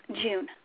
June